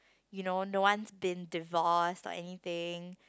you know no one's been divorced or anything